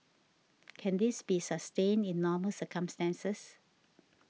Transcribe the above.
can this be sustained in normal circumstances